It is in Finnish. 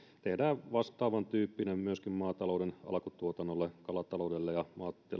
tehdään vastaavantyyppinen kustannustuki myöskin maatalouden alkutuotannolle kalataloudelle ja